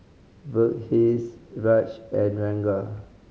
Verghese Raj and Ranga